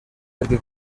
perquè